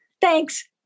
thanks